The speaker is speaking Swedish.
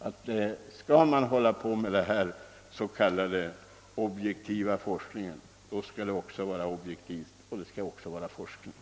I stället för hittillsvarande s.k. objektiva forskning måste vi ha verklig, objektiv forskning.